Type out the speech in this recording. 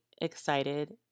excited